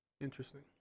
Interesting